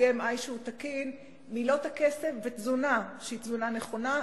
BMI תקין ותזונה שהיא תזונה נכונה,